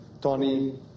Tony